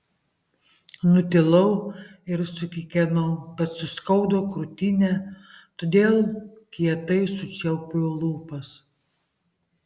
nutilau ir sukikenau bet suskaudo krūtinę todėl kietai sučiaupiau lūpas